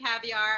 caviar